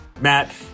Matt